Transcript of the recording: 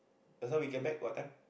just now we came back what time